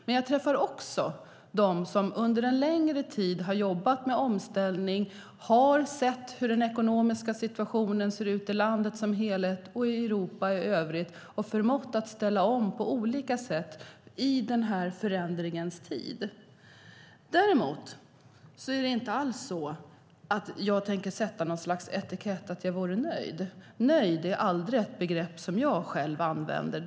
Men jag träffar också dem som under en längre tid har jobbat med omställning och har sett den ekonomiska situationen i landet som helhet och i Europa i övrigt och förmått att ställa om på olika sätt i denna tid av förändring. Däremot tänker jag inte alls säga att jag är nöjd. Nöjd är ett begrepp som jag själv aldrig använder.